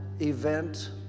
event